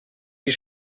die